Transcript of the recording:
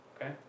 Okay